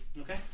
okay